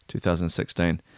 2016